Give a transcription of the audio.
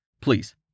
Please